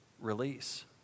release